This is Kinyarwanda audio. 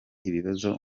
ibibazo